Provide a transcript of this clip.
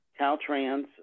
Caltrans